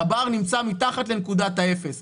כשהבר נמצא מתחת לנקודת האפס,